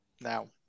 now